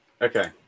okay